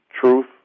Truth